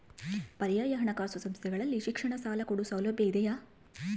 ಪರ್ಯಾಯ ಹಣಕಾಸು ಸಂಸ್ಥೆಗಳಲ್ಲಿ ಶಿಕ್ಷಣ ಸಾಲ ಕೊಡೋ ಸೌಲಭ್ಯ ಇದಿಯಾ?